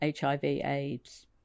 HIV-AIDS